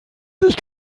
sich